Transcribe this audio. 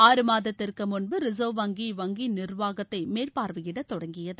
ஆறு மாதத்திற்கு முன்பு ரிசர்வ் வங்கி இவ்வங்கியின் நீர்வாகத்தை மேற்பார்வையிட தொடங்கியது